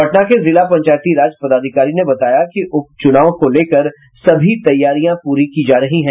पटना के जिला पंचायती राज पदाधिकारी ने बताया कि उपचुनाव को लेकर सभी तैयारियां पूरी की जा रही है